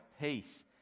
peace